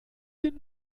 den